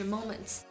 Moments